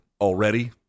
already